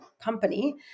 company